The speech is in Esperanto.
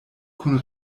kun